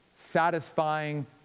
satisfying